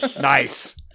Nice